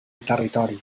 territori